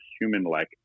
human-like